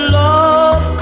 love